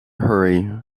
hurry